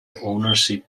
ownership